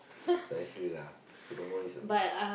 so I feel ya furthermore it's uh